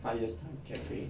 five years in cafe